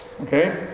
okay